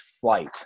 flight